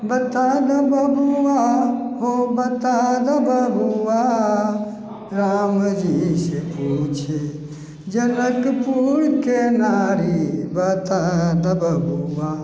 बता दऽ बबुआ हो बता दऽ बबुआ रामजीसँ पूछे जनकपुरके नारी बता दऽ बबुआ